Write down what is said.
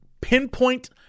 pinpoint